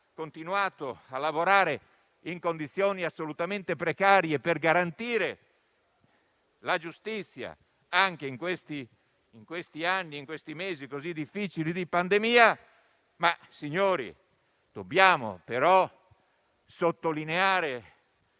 continuato a lavorare in condizioni assolutamente precarie, per garantire la giustizia anche in questi mesi così difficili di pandemia. Signori, dobbiamo però sottolineare